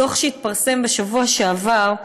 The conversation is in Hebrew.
הדוח שהתפרסם בשבוע שעבר,